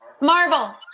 marvel